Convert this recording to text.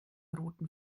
roten